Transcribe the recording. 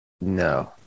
No